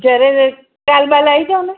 જ્યારે કાલ બાલ આઈ જાવ ને